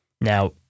now